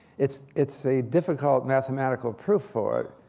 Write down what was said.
it's it's a difficult mathematical proof for it,